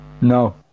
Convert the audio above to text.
No